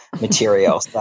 material